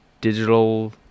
digital